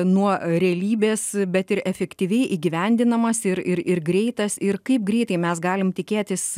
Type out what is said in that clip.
nuo realybės bet ir efektyviai įgyvendinamas ir ir ir greitas ir kaip greitai mes galim tikėtis